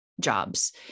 jobs